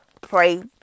Pray